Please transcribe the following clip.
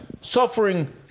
suffering